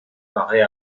paraît